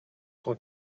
cent